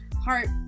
heart